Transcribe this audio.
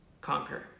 conquer